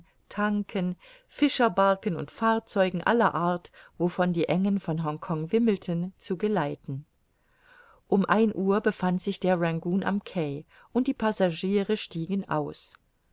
tanken fischerbarken und fahrzeugen aller art wovon die engen von hongkong wimmelten zu geleiten um ein uhr befand sich der rangoon am quai und die passagiere stiegen aus